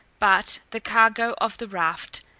but the cargo of the raft,